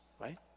right